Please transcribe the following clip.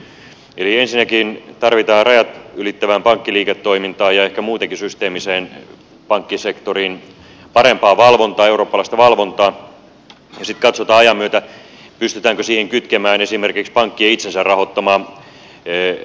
eli ensinnäkin tarvitaan rajat ylittävään pankkiliiketoimintaan ja ehkä muutenkin systeemiseen pankkisektoriin parempaa eurooppalaista valvontaa ja sitten katsotaan ajan myötä pystytäänkö siihen kytkemään esimerkiksi pankkien itsensä rahoittama pankkikriisirahasto